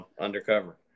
undercover